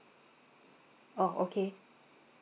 orh okay